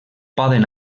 poden